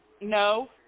No